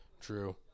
True